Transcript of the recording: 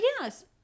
yes